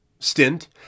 stint